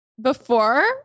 before-